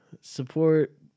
support